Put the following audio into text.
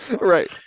Right